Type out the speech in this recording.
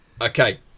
Okay